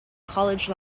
college